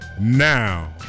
Now